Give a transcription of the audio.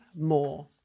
more